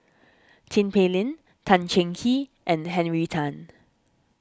Tin Pei Ling Tan Cheng Kee and Henry Tan